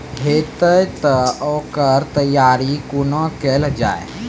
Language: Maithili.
हेतै तअ ओकर तैयारी कुना केल जाय?